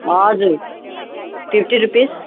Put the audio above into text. हजुर fifty rupees